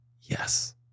Yes